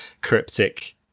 cryptic